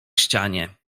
ścianie